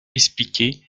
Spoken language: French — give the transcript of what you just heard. expliqué